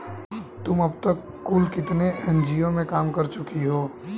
तुम अब तक कुल कितने एन.जी.ओ में काम कर चुकी हो?